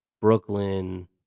Brooklyn